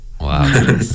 Wow